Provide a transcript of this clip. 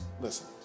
Listen